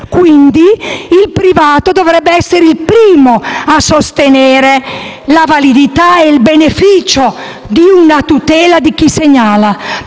Quindi, il privato dovrebbe essere il primo a sostenere la validità e il beneficio di una tutela di chi segnala.